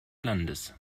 landes